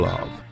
Love